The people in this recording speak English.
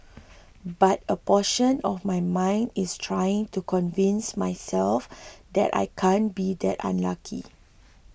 but a portion of my mind is trying to convince myself that I can't be that unlucky